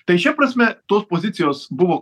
tai šia prasme tos pozicijos buvo